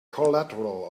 collateral